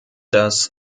dass